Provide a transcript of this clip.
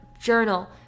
journal